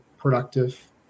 productive